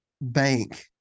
bank